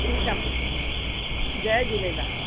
ठीकु आहे जय झूलेलाल